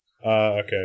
Okay